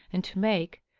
and to make,